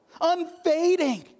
unfading